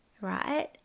right